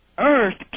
earth